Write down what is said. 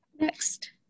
Next